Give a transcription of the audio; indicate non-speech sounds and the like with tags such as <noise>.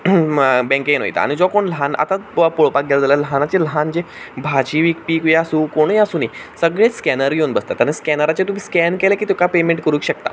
बॅंकेंत वयता आनी जो कोण ल्हान आतां <unintelligible> पळोवपाक गेल जाल्यार जे ल्हाना जे भाजी विकपी आसूं कोणूय आसूं दी सगळे स्कॅनर घेवून बसतात आनी स्कॅनराचेर तुमी स्कॅन केलें की तुका पेमेंट करूंक शकता